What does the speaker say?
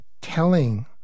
telling